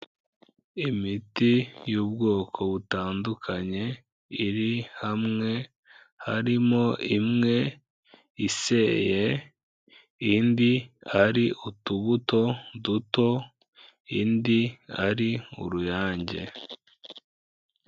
Imiti y'ubwoko butandukanye iri hamwe, harimo imwe iseye, indi ari utubuto duto, indi ari uruyange.